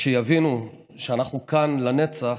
וכשיבינו שאנחנו כאן לנצח,